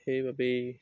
সেই বাবেই